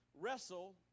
wrestle